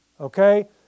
Okay